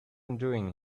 doing